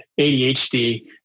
ADHD